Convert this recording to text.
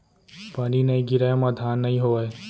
पानी नइ गिरय म धान नइ होवय